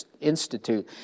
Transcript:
Institute